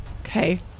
Okay